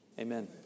Amen